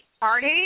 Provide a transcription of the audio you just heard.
party